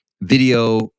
video